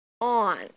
on